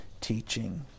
teaching